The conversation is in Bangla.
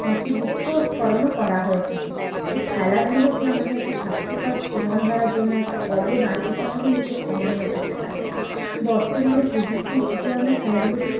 নথিভুক্তওকরণও করা হয়ে থাকে তাই খেলাধুলো যে আমাদের একটা স্বাস্থ্যকর জীবনধারার জন্য একটা অবদান এ কথা কিন্তু কেউ অমান্য করতে পারবে না বর্তমানে প্রযুক্তির যুগে আমরা খেলাধুলোকে